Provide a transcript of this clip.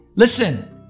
Listen